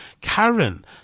Karen